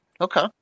Okay